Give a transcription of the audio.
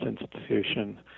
institution